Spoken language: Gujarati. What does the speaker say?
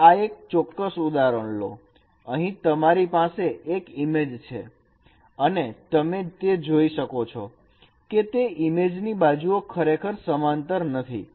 તો આ એક ચોક્કસ ઉદાહરણ લો અહીં તમારી પાસે એક ઇમેજ છે અને તમે તે જોઈ શકો છો કે તે ઇમેજની બાજુઓ ખરેખર સમાંતર નથી